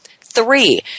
Three